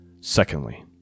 Secondly